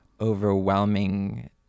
overwhelming